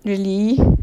really